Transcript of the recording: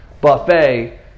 buffet